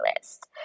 list